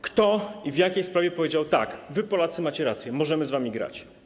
Kto i w jakiej sprawie powiedział: tak, wy, Polacy, macie rację, możemy z wami grać?